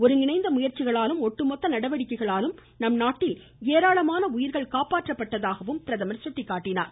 ஒருங்கிணைந்த முயற்சிகளாலும் ஒட்டுமொத்த நடவடிக்கைகளாலும் நம் நாட்டில் ஏராளமான உயிர்கள் காப்பாற்றப்பட்டதாகவும் அவர் சுட்டிக்காட்டினார்